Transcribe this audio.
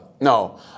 no